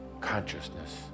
consciousness